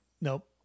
Nope